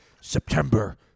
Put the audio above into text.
September